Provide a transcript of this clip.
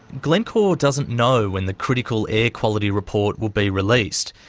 glencore doesn't know when the critical air quality report will be released,